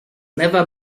never